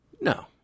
No